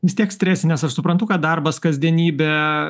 vis tiek stresinės aš suprantu kad darbas kasdienybe